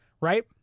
right